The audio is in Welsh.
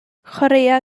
chwaraea